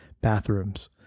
bathrooms